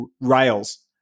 rails